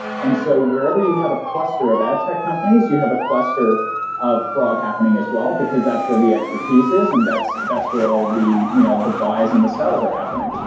and so wherever you have a cluster of ad tech companies, you have a cluster of fraud happening as well, because that's where the expertise is and that's that's where all the you know the buys and the sells are happening.